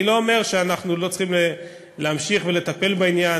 אני לא אומר שאנחנו לא צריכים להמשיך לטפל בעניין